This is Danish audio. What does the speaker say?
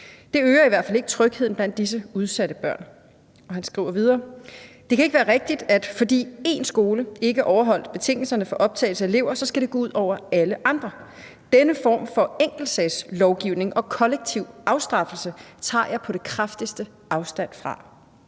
Det øger i hvert tilfælde ikke trygheden blandt disse udsatte børn og unge.« Han skriver videre: »Det kan ikke være rigtigt, at fordi én skole ikke overholdt betingelserne for optagelse af elever, så skal det gå ud over alle andre. Denne form for enkeltsags-lovgivning og kollektiv afstraffelse tager jeg på det kraftigste afstand fra.«